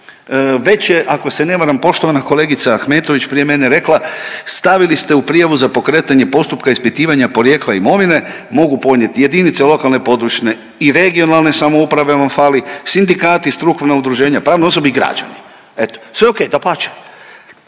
Već je ako se ne varam poštovana kolegica Ahmetović prije mene rekla stavili ste u prijavu za pokretanje postupka ispitivanja porijekla imovine, mogu podnijeti jedinice lokalne, područne i regionalne samouprave vam fali, sindikati, strukovna udruženja, pravne osobe i građani. Eto, sve o.k.